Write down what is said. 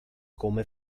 come